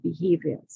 behaviors